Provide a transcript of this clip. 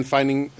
Finding